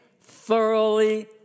thoroughly